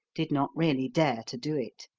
did not really dare to do it.